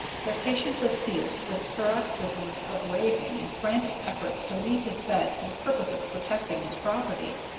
their patient was seized with paroxysms of raving and frantic efforts to leave his bed for the purpose of protecting his property.